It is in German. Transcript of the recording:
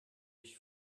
ich